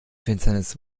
finsternis